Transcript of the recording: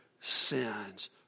sins